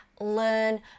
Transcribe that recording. learn